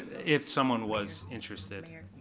if someone was interested.